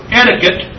etiquette